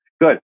good